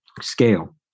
scale